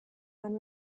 and